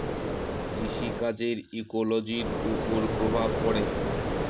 কৃষি কাজের ইকোলোজির ওপর প্রভাব পড়ে